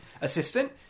assistant